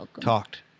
talked